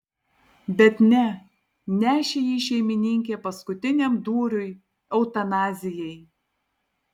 bet ne nešė jį šeimininkė paskutiniam dūriui eutanazijai